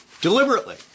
Deliberately